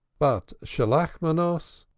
but shalachmonos,